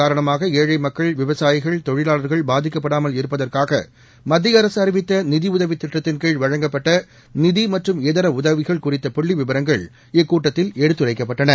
காரணமாகஏழைமக்கள் விவசாயிகள் தொழிலாளா்கள் ஊரடங்கு உத்தரவு பாதிக்கப்படாமல் இருப்பதற்காகமத்தியஅரசுஅறிவித்தநிதிஉதவிதிட்டத்தின் கீழ் வழங்கப்பட்டநிதிமற்றும் இதரஉதவிகள் குறித்த புள்ளிவிவரங்கள் இக்கூட்டத்தில் எடுத்துரைக்கப்பட்டன